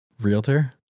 realtor